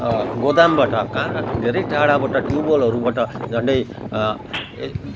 गोदामबाट कहाँ धेरै टाडाबाट ट्युब वेलहरूबाट झन्डै